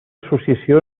associació